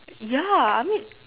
ya I mean